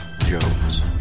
Jones